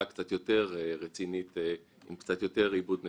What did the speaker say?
קצת יותר רצינית עם קצת יותר עיבוד נתונים,